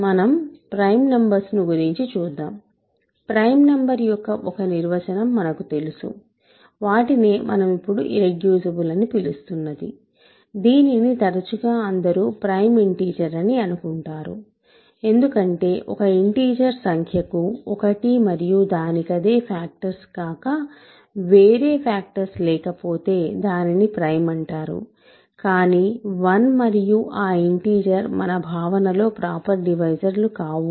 మనం ప్రైమ్ నంబర్స్ను గురించి చూద్దాం ప్రైమ్ నంబర్ యొక్క ఒక నిర్వచనం మనకు తెలుసు వాటినే మనం ఇప్పుడు ఇర్రెడ్యూసిబుల్ అని పిలుస్తున్నది దీనిని తరచుగా అందరూ ప్రైమ్ ఇంటిజర్ అని అనుకుంటారు ఎందుకంటే ఒక ఇంటిజర్ సంఖ్యకు ఒకటి మరియు దానికదే ఫాక్టర్స్ కాక వేరే ఫాక్టర్స్ లేకపోతే దానిని ప్రైమ్ అంటారు కానీ 1 మరియు ఆ ఇంటిజర్ మన భావన లో ప్రోపర్ డివైజర్స్ కావు